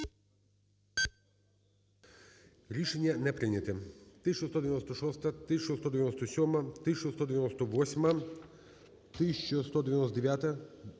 Рішення не прийнято.